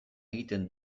egiten